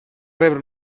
rebre